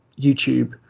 YouTube